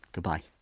goodbye